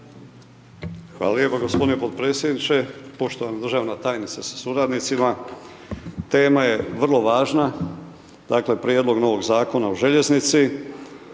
Hvala lijepo gospodine potpredsjedniče, poštovana državna tajnice sa suradnicima. Tema je vrlo važna, dakle Prijedlog novog zakona o željeznici,